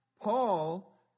Paul